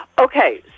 Okay